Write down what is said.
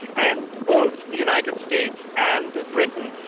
and both the united states and britain,